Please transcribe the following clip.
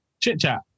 Chit-chat